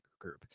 group